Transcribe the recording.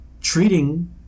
treating